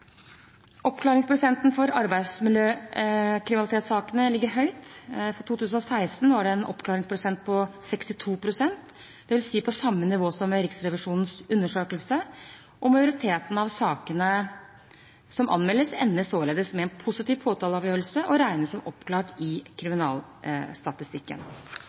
Oppklaringsprosenten for arbeidsmiljøkriminalitetssakene ligger høyt. For 2016 var det en oppklaringsprosent på 62, dvs. på samme nivå som ved Riksrevisjonens undersøkelse. Majoriteten av sakene som anmeldes, ender således med en positiv påtaleavgjørelse og regnes som oppklart i